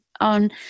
on